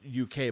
UK